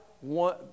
one